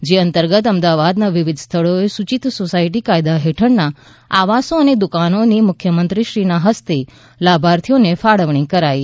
જે અંતર્ગત અમદાવાદના વિવિધ સ્થળોએ સુચિત સોસાયટી કાયદા હેઠળના આવાસો અને દુકાનોની મુખ્યમંત્રીશ્રીના હસ્તે લાભાર્થીઓને ફાળવણી કરાઇ